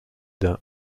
d’un